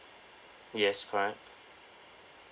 yes correct